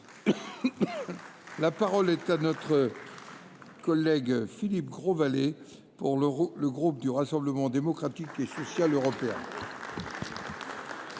La parole est à M. Philippe Grosvalet, pour le groupe du Rassemblement Démocratique et Social Européen.